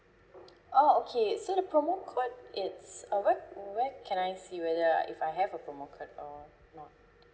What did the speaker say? oh okay so the promo code it's uh where where can I see whether if I have a promo code or not